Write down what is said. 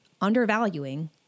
undervaluing